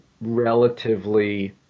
relatively